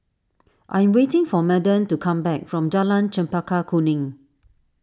I am waiting for Madden to come back from Jalan Chempaka Kuning